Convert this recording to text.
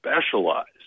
specialized